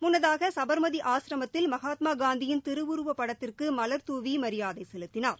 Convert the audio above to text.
முன்னதாக சுபர்மதி ஆசரமத்தில் மகாத்மா காந்தியின் திருவுருவப் படத்திற்கு மலர் தாவி மரியாதை செலுத்தினார்